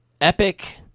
epic